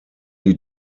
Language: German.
die